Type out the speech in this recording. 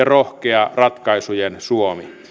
rohkea ratkaisujen suomi